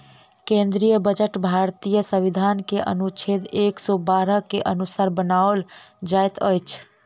केंद्रीय बजट भारतीय संविधान के अनुच्छेद एक सौ बारह के अनुसार बनाओल जाइत अछि